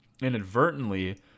inadvertently